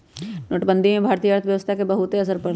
नोटबंदी से भारतीय अर्थव्यवस्था पर बहुत असर पड़ लय